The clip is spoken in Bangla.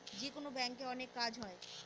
যেকোনো ব্যাঙ্কে অনেক কাজ হয়